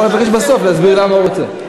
הוא יכול לבקש בסוף, להסביר למה הוא רוצה.